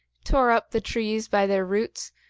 tore up the trees by their roots,